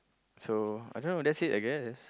so I don't know that's it I guess